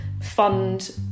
fund